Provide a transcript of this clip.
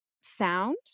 sound